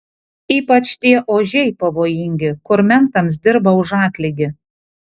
ypač tie ožiai pavojingi kur mentams dirba už atlygį